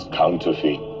counterfeit